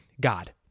God